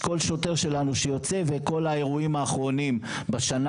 כל שוטר שלנו שיוצא וכל האירועים האחרונים בשנה